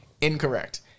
Incorrect